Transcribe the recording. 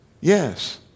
yes